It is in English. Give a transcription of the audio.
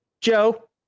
Joe